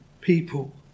people